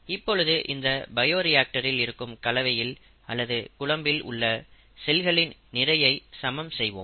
இப்பொழுது இந்த பயோரியாக்டரில் இருக்கும் கலவையில் அல்லது குழம்பில் உள்ள செல்களின் நிறையை சமம் செய்வோம்